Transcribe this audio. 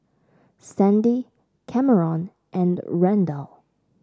Sandy Kameron and Randall